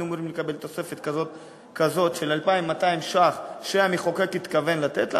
שהיינו אמורים לקבל תוספת כזאת של 2,200 ש"ח שהמחוקק התכוון לתת לנו,